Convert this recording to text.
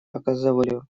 оказывали